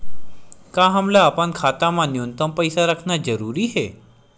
का हमला अपन खाता मा न्यूनतम पईसा रखना जरूरी हे?